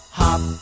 hop